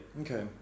Okay